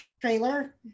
trailer